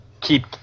keep